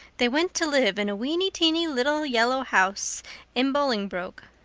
they went to live in a weeny-teeny little yellow house in bolingbroke.